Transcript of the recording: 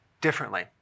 differently